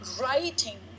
writing